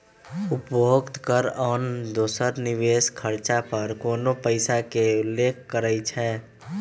उपभोग कर आन दोसर निवेश खरचा पर कोनो पइसा के उल्लेख करइ छै